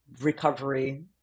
recovery